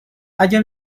اگه